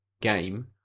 game